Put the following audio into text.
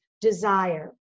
desire